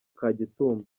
kagitumba